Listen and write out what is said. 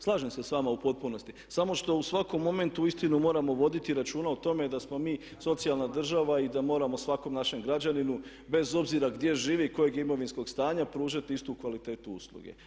Slažem se sa vama u potpunosti, samo što u svakom momentu uistinu moramo voditi računa o tome da smo mi socijalna država i da moramo svakom našem građaninu bez obzira gdje živi i kojeg je imovinskog stanja pružati istu kvalitetu usluge.